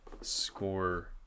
score